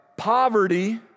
Poverty